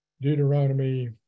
Deuteronomy